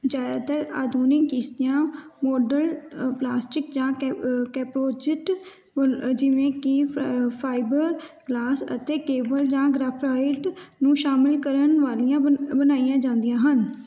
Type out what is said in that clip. ਜ਼ਿਆਦਾਤਰ ਆਧੁਨਿਕ ਕਿਸ਼ਤੀਆਂ ਮੋਡਲ ਅ ਪਲਾਸਟਿਕ ਜਾਂ ਕੈ ਅ ਕੈਪੋਜਿਟ ਅ ਜਿਵੇਂ ਕਿ ਫ ਫਾਈਬਰ ਗਲਾਸ ਅਤੇ ਕੇਵਲ ਜਾਂ ਗ੍ਰਾਫਾਈਟ ਨੂੰ ਸ਼ਾਮਲ ਕਰਨ ਵਾਲੀਆਂ ਬਨ ਬਣਾਈਆਂ ਜਾਂਦੀਆਂ ਹਨ